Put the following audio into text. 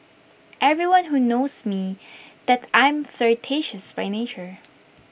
everyone who knows me that I am flirtatious by nature